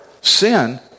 sin